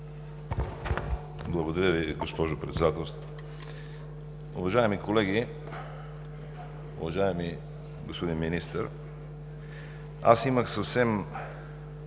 Благодаря Ви, госпожо Председател. Уважаеми колеги, уважаеми господин Министър! Имах съвсем